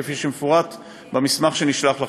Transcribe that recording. כפי שמפורט במסמך שנשלח לכם.